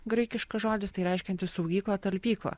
graikiškas žodis reiškiantis saugyklą talpyklą